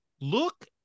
look